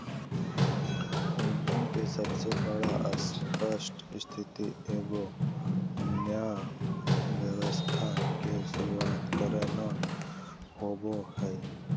उद्यम के सबसे बड़ा स्पष्ट स्थिति एगो नया व्यवसाय के शुरूआत करना होबो हइ